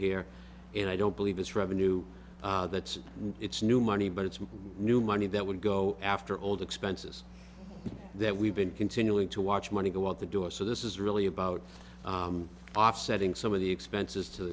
here and i don't believe it's revenue that it's new money but it's new money that would go after all the expenses that we've been continuing to watch money go out the door so this is really about offsetting some of the expenses to